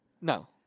No